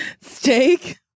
steak